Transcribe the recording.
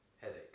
headache